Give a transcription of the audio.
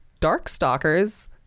Darkstalkers